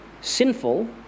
sinful